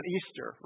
Easter